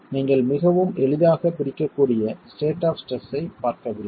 எனவே நீங்கள் மிகவும் எளிதாகப் பிடிக்கக்கூடிய ஸ்டேட் ஆப் ஸ்ட்ரெஸ் ஐப் பார்க்கவில்லை